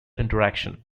interaction